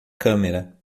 câmera